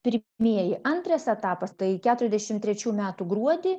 pir mieji antras etapas tai keturiasdešim trečių metų gruodį